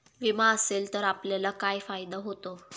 विमा असेल तर आपल्याला काय फायदा होतो?